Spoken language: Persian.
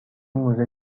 موزه